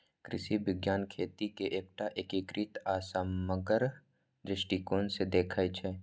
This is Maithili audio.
कृषि विज्ञान खेती कें एकटा एकीकृत आ समग्र दृष्टिकोण सं देखै छै